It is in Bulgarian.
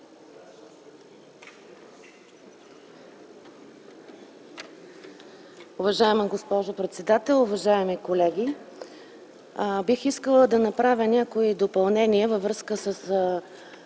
Уважаема госпожо председател, уважаеми колеги! Бих искала да направя някои допълнения във връзка с